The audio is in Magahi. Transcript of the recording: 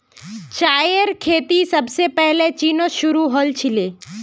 चायेर खेती सबसे पहले चीनत शुरू हल छीले